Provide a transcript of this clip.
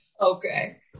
Okay